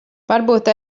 varbūt